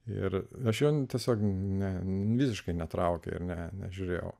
ir aš jo tiesiog ne visiškai netraukia ir net nežiūrėjau